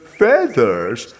feathers